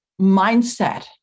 mindset